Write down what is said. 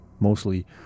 mostly